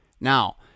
Now